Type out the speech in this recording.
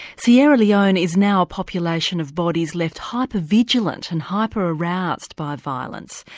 sierra leone is now a population of bodies left hypervigilant and hyper-aroused by violence.